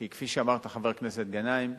כי כפי שאמרת, חבר הכנסת גנאים,